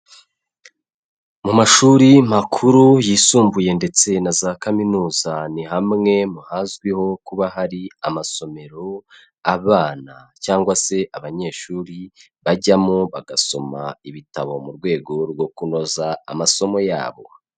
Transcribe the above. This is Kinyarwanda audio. Mu mashuri makuru yisumbuye ndetse na za kaminuza, ni hamwe mu hazwiho kuba hari amasomero, abana cyangwa se abanyeshuri bajyamo, bagasoma ibitabo mu rwego rwo kunoza amasomo yabo.